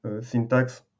syntax